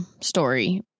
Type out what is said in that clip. story